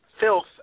Filth